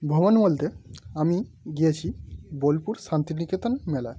ভ্রমণ বলতে আমি গিয়েছি বোলপুর শান্তিনিকেতন মেলায়